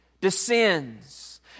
descends